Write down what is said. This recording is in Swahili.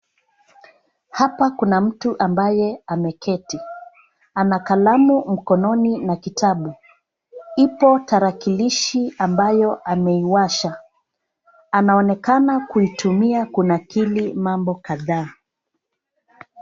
Hapa kuna mtu ambaye ameketi. Ana kalamu mkononi na kitabu. Ipo tarakilishi ambayo ameiwasha. Anaonekana kuitumia kunakili mambo kadhaa.